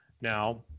now